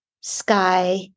Sky